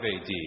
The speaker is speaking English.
AD